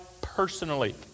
personally